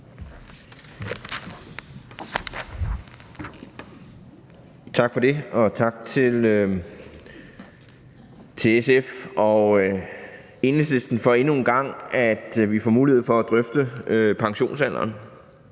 Tak for det, og tak til SF og Enhedslisten for, at vi endnu en gang får mulighed for at drøfte pensionsalderen,